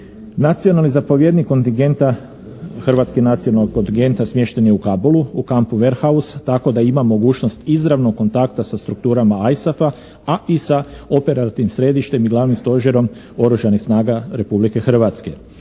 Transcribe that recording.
Nacionalni zapovjednik kontingenta, hrvatski nacionalni kontinent smješten je u Kabulu u kampu Verhaus tako da ima mogućnost izravnog kontakta sa strukturama ISAF-a a i sa operativnim središtem i glavnim stožerom Oružanih snaga Republike Hrvatske.